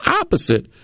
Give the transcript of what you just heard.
opposite